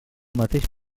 mateix